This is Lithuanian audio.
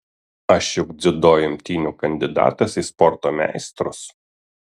aš juk dziudo imtynių kandidatas į sporto meistrus